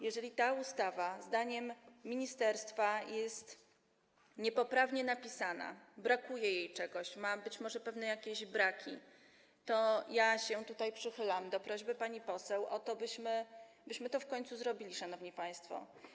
Jeżeli ta ustawa zdaniem ministerstwa jest niepoprawnie napisana, brakuje jej czegoś, być może ma jakieś braki, to ja się tutaj przychylam do prośby pani poseł o to, byśmy to w końcu zrobili, szanowni państwo.